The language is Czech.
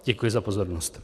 Děkuji za pozornost.